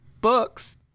books